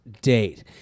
date